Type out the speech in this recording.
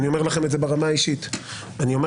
אני אומר לכם את זה ברמה האישית.